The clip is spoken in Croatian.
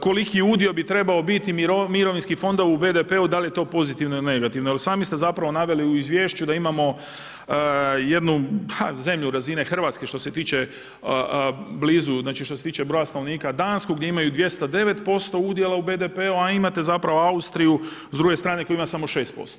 Koliki udio bi trebao biti mirovinskih fondova u BDP-u, da li je to pozitivno ili negativno jer sami ste zapravo naveli u izvješću da imamo jednu zemlju razine Hrvatske što se tiče blizu, znači što se tiče broja stanovnika Dansku, gdje imaju 209% udjela u BDP-u, a imate zapravo Austriju s druge strane, koja ima samo 6%